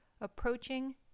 Approaching